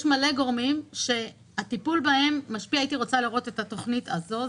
יש מלא גורמים שהטיפול בהם משפיע והייתי רוצה לראות את התוכנית הזו.